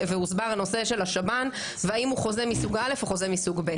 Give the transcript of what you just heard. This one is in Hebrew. והוסבר הנושא של השב"ן והאם הוא חוזה מסוג א' או חוזה מסוג ב'.